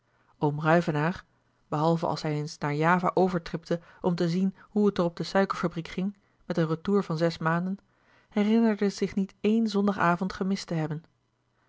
oom ruyvenaer behalve als hij eens naar java overtripte om te zien hoe het er op de suikerfabriek ging met een retour van zes maanden herinnerde zich niet een zondag avond gemist te hebben